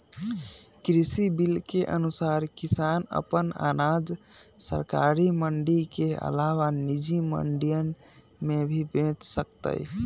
कृषि बिल के अनुसार किसान अपन अनाज सरकारी मंडी के अलावा निजी मंडियन में भी बेच सकतय